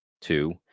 two